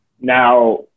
Now